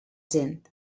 gent